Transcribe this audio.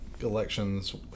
elections